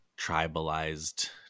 tribalized